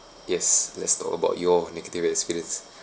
yes let's talk about your negative experience